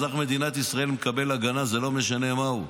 אזרח מדינת ישראל מקבל הגנה, זה לא משנה מהו.